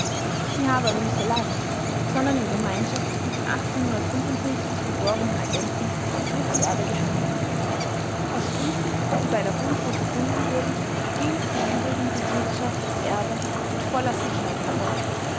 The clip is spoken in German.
sie habe aber nicht allein sondern in gemeinschaft mit dem geborenen agenten fritz erbe gehandelt aus briefen die bei der buntrock gefunden wurden ging im übrigen die täterschaft des erbe mit voller sicherheit hervor